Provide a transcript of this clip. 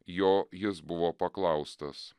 jo jis buvo paklaustas